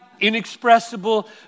inexpressible